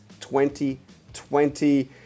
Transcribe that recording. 2020